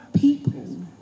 people